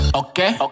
okay